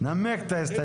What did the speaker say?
ושניהם לא נמצאים,